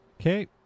Okay